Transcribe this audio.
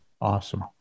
Awesome